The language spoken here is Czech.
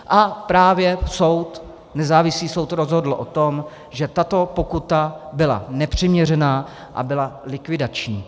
A právě nezávislý soud rozhodl o tom, že tato pokuta byla nepřiměřená a byla likvidační.